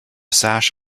sash